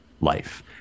life